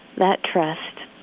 that trust,